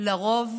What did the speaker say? לרוב